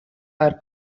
are